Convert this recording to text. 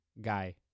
Guy